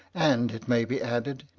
and it may be added,